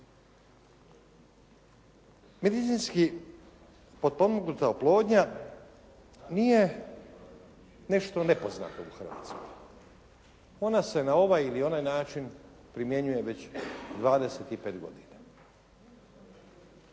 Medicinski potpomognuta oplodnja nije nešto nepoznato u Hrvatskoj. Ona se na ovaj ili na onaj način primjenjuje već 25 godina.